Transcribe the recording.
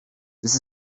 this